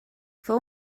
fou